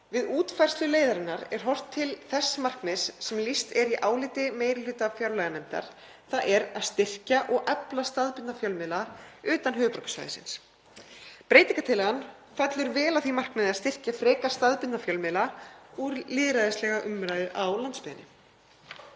Við útfærslu leiðarinnar er horft til þess markmiðs sem lýst er í áliti meiri hluta fjárlaganefndar, þ.e. að styrkja og efla staðbundna fjölmiðla utan höfuðborgarsvæðisins. Breytingartillagan fellur vel að því markmiði að styrkja frekar staðbundna fjölmiðla og lýðræðislega umræðu á landsbyggðinni.